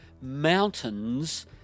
mountains